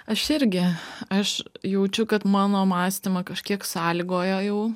aš irgi aš jaučiu kad mano mąstymą kažkiek sąlygoja jau